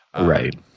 Right